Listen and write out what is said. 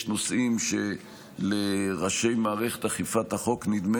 יש נושאים שלראשי מערכת אכיפת החוק נדמה